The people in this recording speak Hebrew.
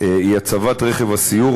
היא הצבת רכב הסיור,